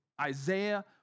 Isaiah